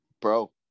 Bro